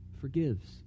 forgives